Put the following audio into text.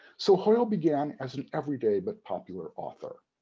so hoyle began as an everyday but popular author.